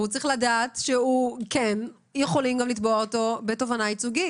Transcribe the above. והוא צריך לדעת שיכולים גם לתבוע אותו בתובענה ייצוגית.